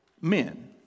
men